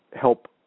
help